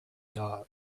dog